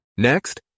Next